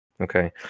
Okay